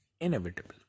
inevitable